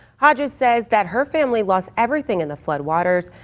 hodges says that her family lost everything in the flood waters.